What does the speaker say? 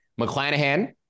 McClanahan